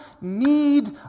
need